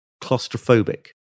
claustrophobic